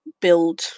build